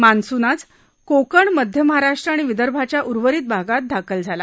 monsoon आज कोकण मध्य महाराष्ट्र आणि विदर्भाच्या उर्वरित भागात दाखल झाला